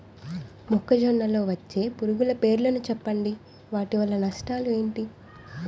మొక్కజొన్న లో వచ్చే పురుగుల పేర్లను చెప్పండి? వాటి వల్ల నష్టాలు ఎంటి?